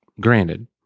granted